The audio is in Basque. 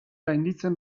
gainditzen